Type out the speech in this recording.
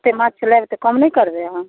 ओतेक माँछ लेब तऽ कम नहि करबै अहाँ